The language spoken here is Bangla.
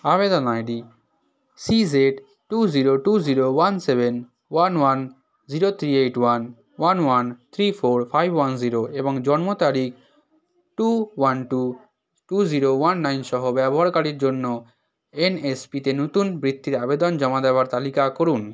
আবেদন ID C Z two zero two zero one seven one one zero three eight one one one three four five one zero এবং জন্ম তারিখ two one two two zero one nine সহ ব্যবহারকারীর জন্য এনএসপিতে নতুন বৃত্তির আবেদন জমা দেওয়ার তালিকা করুন